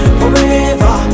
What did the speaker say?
forever